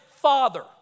father